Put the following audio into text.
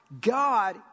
God